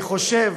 אני חושב